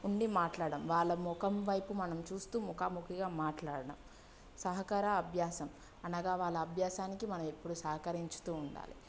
ఉండి మాట్లాడటం వాళ్ళ మొఖం వైపు మనం చూస్తూ ముఖాముఖిగా మాట్లాడటం సహకార అభ్యాసం అనగా వాళ్ళ అభ్యాసానికి మనం ఎప్పుడూ సహకరింస్తూ ఉండాలి